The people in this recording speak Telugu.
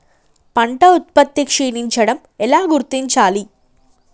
పంట ఉత్పత్తి క్షీణించడం ఎలా గుర్తించాలి?